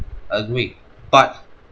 agree but